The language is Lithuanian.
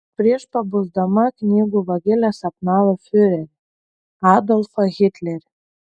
prieš pabusdama knygų vagilė sapnavo fiurerį adolfą hitlerį